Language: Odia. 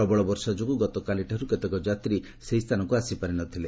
ପ୍ରବଳ ବର୍ଷା ଯୋଗୁଁ ଗତକାଲିଠାର୍ଚ କେତେକ ଯାତୀ ସେହି ସ୍ଥାନକୁ ଆସିପାରି ନ ଥିଲେ